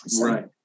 Right